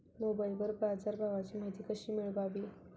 मोबाइलवर बाजारभावाची माहिती कशी मिळवावी?